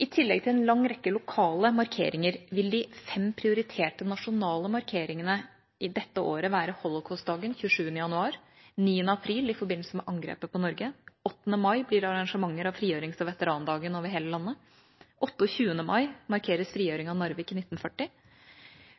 I tillegg til en lang rekke lokale markeringer vil de fem prioriterte nasjonale markeringene i dette året være Holocaustdagen 27. januar, 9. april i forbindelse med angrepet på Norge, 8. mai blir det arrangementer av frigjørings- og veterandagen over hele landet, 28. mai markeres frigjøringen av Narvik i 1940,